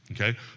Okay